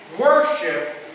worship